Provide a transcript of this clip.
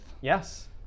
Yes